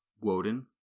Woden